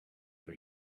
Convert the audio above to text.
for